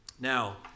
Now